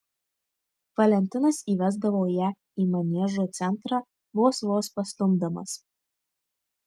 valentinas įvesdavo ją į maniežo centrą vos vos pastumdamas